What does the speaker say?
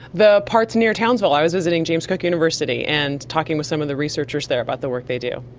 the parts near townsville. i was visiting james cook university and talking with some of the researchers there about the work they do.